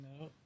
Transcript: No